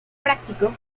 práctico